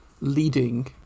leading